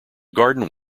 garden